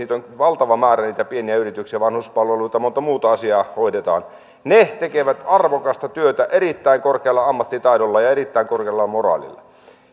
on valtava määrä niitä pieniä yrityksiä vanhuspalveluita monta muuta asiaa hoidetaan tekevät arvokasta työtä erittäin korkealla ammattitaidolla ja erittäin korkealla moraalilla